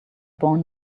born